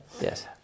Yes